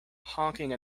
honking